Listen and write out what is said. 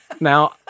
Now